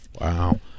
wow